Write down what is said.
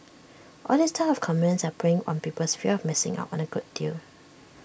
all these type of comments are preying on people's fear on missing out on A good deal